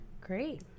Great